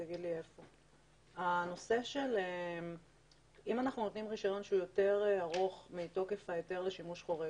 אם אנחנו נותנים רישיון שהוא יתר ארוך מתוקף ההיתר לשימוש חורג,